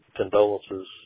condolences